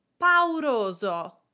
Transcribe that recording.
pauroso